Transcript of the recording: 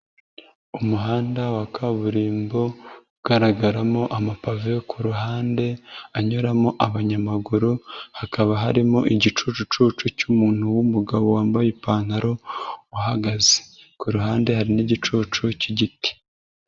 Umuhanda wa kaburimbo ugaragaramo amapave yo ku ruhande anyuramo abanyamaguru, hakaba harimo igicucucucu cy'umuntu w'umugabo wambaye ipantaro uhagaze, ku ruhande hari n'igicucu k'igiti.